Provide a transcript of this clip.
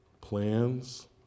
plans